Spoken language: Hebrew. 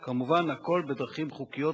כמובן הכול בדרכים חוקיות ודמוקרטיות.